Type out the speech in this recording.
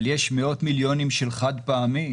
אבל יש מאות מיליונים של חד-פעמי,